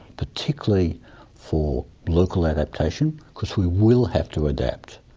particularly for local adaptation because we will have to adapt.